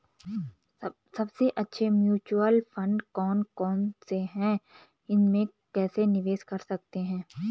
सबसे अच्छे mutual fund कौन कौनसे हैं इसमें कैसे निवेश कर सकते हैं?